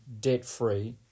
debt-free